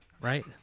Right